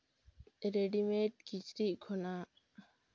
readymade ᱠᱤᱪᱨᱤᱡ ᱠᱷᱚᱱᱟᱜ